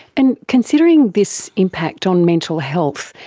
and considering this impact on mental health,